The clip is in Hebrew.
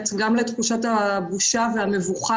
בחרתי קטע קטן מהספר של --- שקוראים לו 'הביתה',